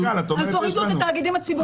אז תורידו את התאגידים הציבוריים.